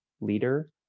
leader